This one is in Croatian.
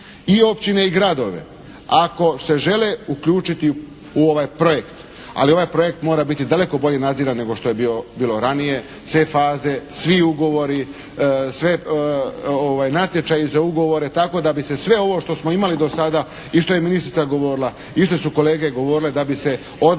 i općine i gradove ako se žele uključiti u ovaj projekt, ali ovaj projekt mora biti daleko bolje nadziran nego što je bilo ranije sve faze, svi ugovori, svi natječaji za ugovore tako da bi se sve ovo što smo imali do sad i što je ministrica govorila i što su kolege govorile da bi se odmah